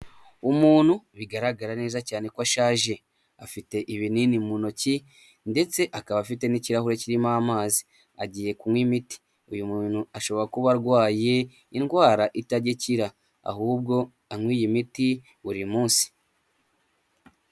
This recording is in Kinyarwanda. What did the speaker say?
Umuntu bigaragara neza cyane ko ashaje afite ibinini mu ntoki ndetse akaba afite n'ikirahure kirimo amazi agiye kunywa imiti, uyu muntu ashobora kuba arwaye indwara itajya ikira ahubwo anywa iyi miti buri munsi.